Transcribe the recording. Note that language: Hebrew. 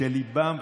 כשליבם,